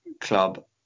club